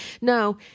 No